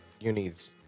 uni's